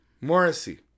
Morrissey